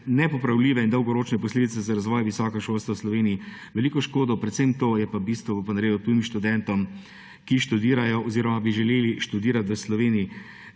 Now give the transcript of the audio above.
nepopravljive in dolgoročne posledice za razvoj visokega šolstva v Sloveniji. Veliko škodo, predvsem to je pa bistvo, bo naredil tujim študentom, ki študirajo oziroma bi želeli študirati v Sloveniji.